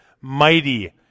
Mighty